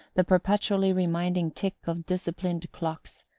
the perpetually reminding tick of disciplined clocks,